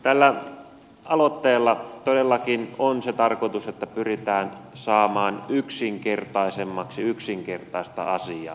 tällä aloitteella todellakin on se tarkoitus että pyritään saamaan yksinkertaisemmaksi yksinkertaista asiaa